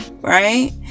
right